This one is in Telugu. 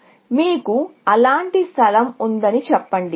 కాబట్టి మీకు అలాంటి స్థలం ఉందని చెప్పండి